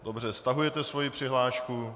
Dobře, stahujete svoji přihlášku.